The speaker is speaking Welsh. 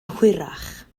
hwyrach